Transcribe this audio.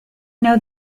know